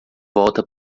volta